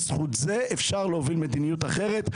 בזכות זה אפשר להוביל מדיניות אחרת,